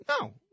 no